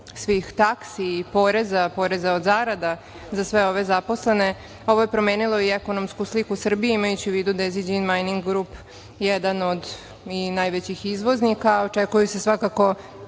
taksi i poreza, poreza od zarada za sve ove zaposlene, ovo je promenilo i ekonomsku sliku Srbije, imajući u vidu da je „Zijin Mining Group“ jedan od najvećih izvoznika, a očekuju se svakako